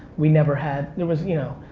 we never had, there was, you know,